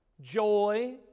joy